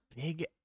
big